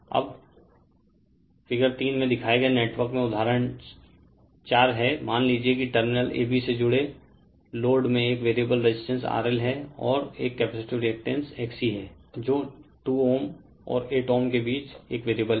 अब फिगर 3 में दिखाए गए नेटवर्क में उदाहरण 4 हैं मान लीजिए कि टर्मिनल A B से जुड़े लोड में एक वेरिएबल रेजिस्टेंस RL है और एक कैपेसिटिव रेअक्टैंस XC है जो 2Ω और 8Ω के बीच एक वेरिएबल है